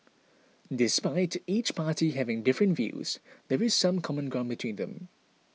despite each party having different views there is some common ground between them